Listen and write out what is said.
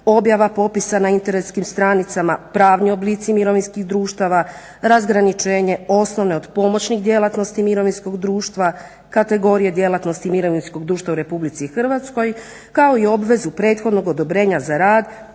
objava popisa na internetskim stranicama, pravni oblici mirovinskih društava, razgraničenje osnovne od pomoćnih djelatnosti mirovinskog društva, kategorije djelatnosti mirovinskog društva u RH, kao i obvezu prethodnog odobrenja za rad